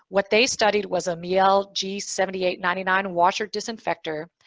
what they studied was a miele g seven eight nine nine washer disinfector.